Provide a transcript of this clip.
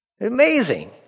Amazing